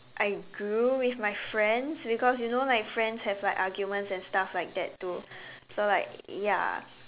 I grew with my friends because you know like friends have like arguments and stuff like that too so like ya